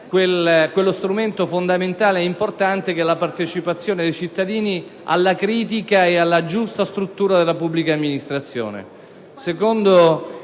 quello strumento fondamentale ed importante che è la partecipazione dei cittadini alla critica e alla giusta struttura della pubblica amministrazione.